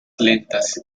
lentas